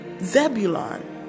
Zebulon